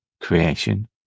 creation